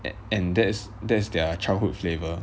and and that's that's their childhood flavour